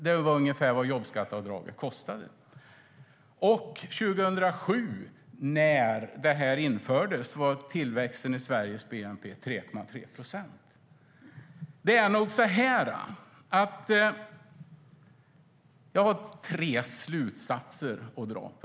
Det var ungefär vad jobbskatteavdraget kostade. År 2007, när detta infördes, var tillväxten i Sveriges bnp 3,3 procent. Jag har tre slutsatser att dra.